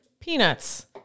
Peanuts